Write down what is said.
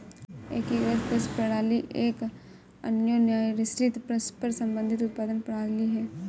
एकीकृत कृषि प्रणाली एक अन्योन्याश्रित, परस्पर संबंधित उत्पादन प्रणाली है